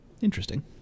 interesting